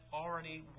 already